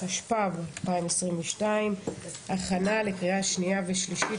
התשפ"ב-2022 - הכנה לקריאה שנייה ושלישית.